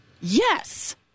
yes